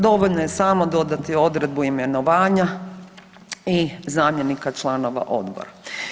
Dovoljno je samo dodati odredbu imenovanja i zamjenika članova odbora.